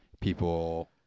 people